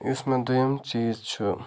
یُس مےٚ دۄیِم چیٖز چھُ